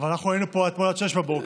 אבל אנחנו היינו פה אתמול עד 06:00,